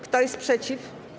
Kto jest przeciw?